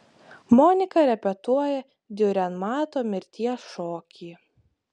monika repetuoja diurenmato mirties šokį